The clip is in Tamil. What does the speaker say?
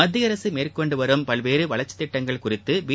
மத்திய அரசு மேற்கொண்டு வரும் பல்வேறு வளர்ச்சித் திட்டங்கள் குறித்து பி